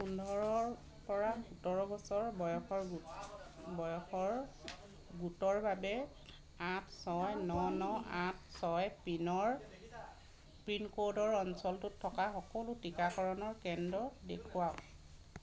পোন্ধৰৰপৰা সোতৰ বছৰ বয়সৰ গোট বয়সৰ গোটৰ বাবে আঠ ছয় ন ন আঠ ছয় পিনৰ পিনক'ডৰ অঞ্চলটোত থকা সকলো টিকাকৰণৰ কেন্দ্ৰ দেখুৱাওক